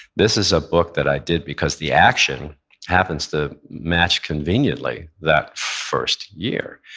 this is a book that i did because the action happens to match conveniently that first year.